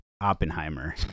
Oppenheimer